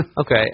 Okay